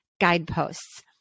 guideposts